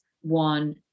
one